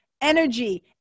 energy